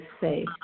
safe